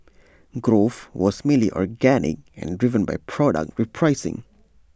growth was mainly organic and driven by product repricing